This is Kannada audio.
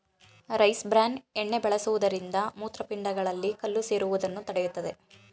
ರೈಸ್ ಬ್ರ್ಯಾನ್ ಎಣ್ಣೆ ಬಳಸುವುದರಿಂದ ಮೂತ್ರಪಿಂಡಗಳಲ್ಲಿ ಕಲ್ಲು ಸೇರುವುದನ್ನು ತಡೆಯುತ್ತದೆ